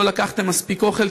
לא לקחתם מספיק אוכל,